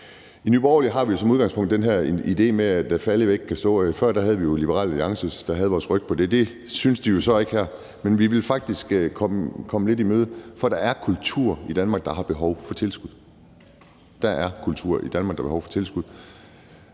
I Nye Borgerlige har vi som udgangspunkt den her idé: Lad falde, hvad der ikke kan stå. Og før havde vi jo Liberal Alliance, der havde vores ryg på det. Det synes de så ikke her. Men vi vil faktisk komme dem lidt i møde, for der er kultur i Danmark, der har behov for tilskud – der er kultur i Danmark, der har behov for tilskud.